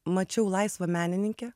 mačiau laisvą menininkę